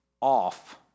off